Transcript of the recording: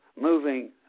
moving